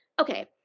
Okay